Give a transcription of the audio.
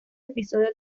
episodio